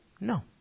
No